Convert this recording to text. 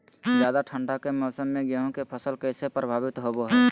ज्यादा ठंड के मौसम में गेहूं के फसल कैसे प्रभावित होबो हय?